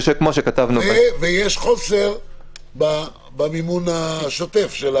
ויש חוסר במימון השוטף.